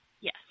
Yes